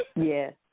Yes